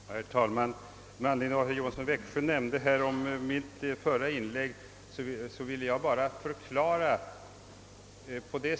Herr talman! Med anledning av vad herr Johansson i Växjö nämnde om mitt förra inlägg vill jag bara förklara följande.